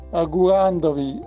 augurandovi